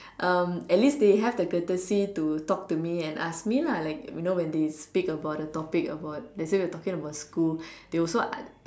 um at least they have the courtesy to talk to me and asks me lah like you know when they speak about the topic about let's say we're talk about school they also ask